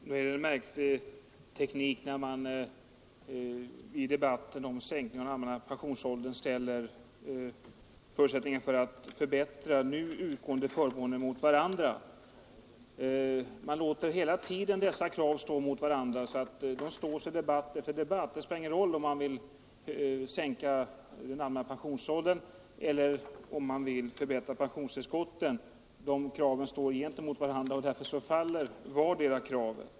Herr talman! Det är en märklig teknik att man i debatten om sänkning av den allmänna pensionsåldern ställer förslagen att förbättra nu utgående förmåner mot varandra. Man låter dessa krav stå mot varandra i debatt efter debatt. Det spelar ingen roll om det gäller sänkning av den allmänna pensonsåldern eller förbättring av pensionstillskotten. De kraven står mot varandra, och därför faller de också tillsammans.